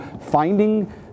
finding